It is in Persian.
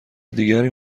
دیگری